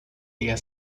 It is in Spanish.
día